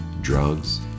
drugs